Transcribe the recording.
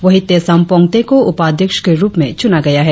वहीं तेसाम पोंगते को उपाध्यक्ष के रुप में चुना गया है